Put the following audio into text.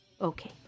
Okay